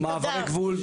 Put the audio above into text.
מעברי גבול,